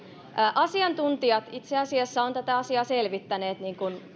asiantuntijat itse asiassa ovat tätä asiaa selvittäneet niin kuin